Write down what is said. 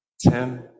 Tim